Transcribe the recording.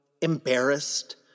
embarrassed